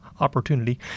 Opportunity